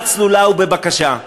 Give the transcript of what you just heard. ובבקשה.